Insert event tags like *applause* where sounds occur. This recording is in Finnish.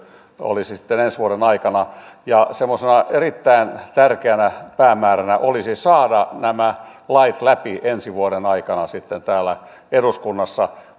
olisi ensi vuoden aikana semmoisena erittäin tärkeänä päämääränä olisi saada nämä lait läpi ensi vuoden aikana sitten täällä eduskunnassa *unintelligible*